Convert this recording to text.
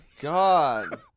God